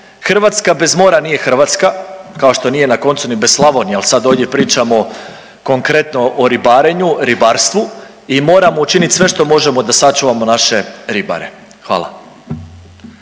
Hrvatska bez mora nije Hrvatska, kao što nije, na koncu ni bez Slavonije, ali sad ovdje pričamo konkretno o ribarenju, ribarstvu i moramo učiniti sve što možemo da sačuvamo naše ribare. Hvala.